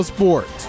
Sports